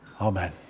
Amen